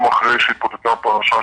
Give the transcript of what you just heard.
יום אחרי שהתפוצצה הפרשה,